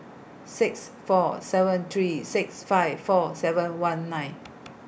six four seven three six five four seven one nine